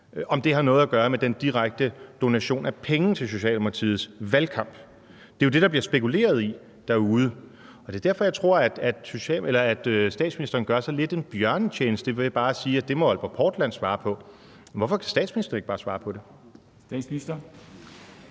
har noget at gøre med den direkte donation af penge til Socialdemokratiets valgkamp. Det er jo det, der bliver spekuleret i derude, og det er derfor, jeg tror, at statsministeren gør sig lidt en bjørnetjeneste ved bare at sige, at det må Aalborg Portland svare på. Hvorfor kan statsministeren ikke bare svare på det? Kl.